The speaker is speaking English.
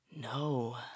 No